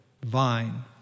vine